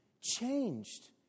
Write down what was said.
changed